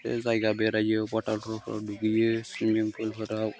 जायगा बेरायो वाटारफलफ्राव दुगैयो सुइमिंफुलफोराव